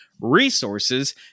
Resources